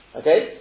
okay